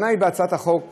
התשע"ז